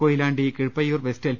Koyilandy Keezhpayyur west L